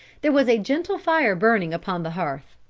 there was a gentle fire burning upon the hearth.